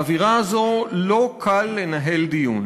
באווירה הזאת לא קל לנהל דיון,